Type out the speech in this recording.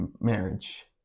marriage